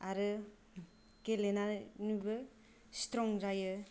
आरो गेलेनानैबो स्ट्रं जायो